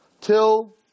till